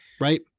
Right